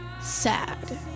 sad